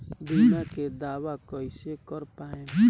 बीमा के दावा कईसे कर पाएम?